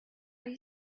are